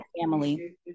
family